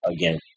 again